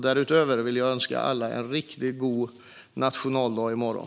Därutöver vill jag önska alla en riktigt god nationaldag i morgon.